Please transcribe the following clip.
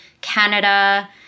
Canada